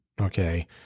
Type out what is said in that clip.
okay